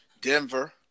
Denver